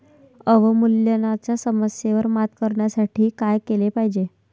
अवमूल्यनाच्या समस्येवर मात करण्यासाठी काय केले पाहिजे?